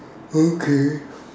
okay